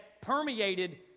permeated